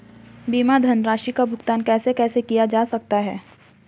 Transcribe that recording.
बीमा धनराशि का भुगतान कैसे कैसे किया जा सकता है?